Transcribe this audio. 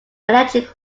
electric